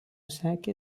sekė